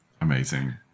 Amazing